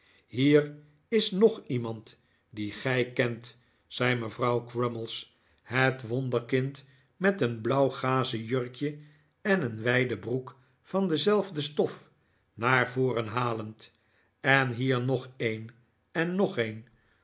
hier is nog iemand die gij kent zei mevrouw crummies het wonderkind met een blauw gazen jurkje en een wijde broek van dezelfde stof naar voren halend en hier nog een en nog een